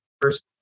first